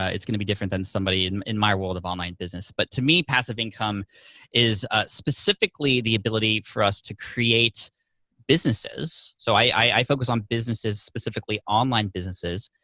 it's gonna be different than somebody in in my world of online business. but to me, passive income is ah specifically the ability for us to create businesses. so i focus on businesses specifically, online businesses,